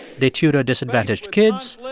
they tutor disadvantaged kids,